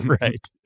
Right